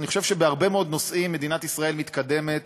אני חושב שבהרבה מאוד נושאים מדינת ישראל מתקדמת